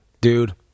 dude